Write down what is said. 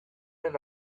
and